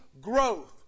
growth